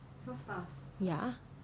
ya